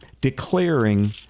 declaring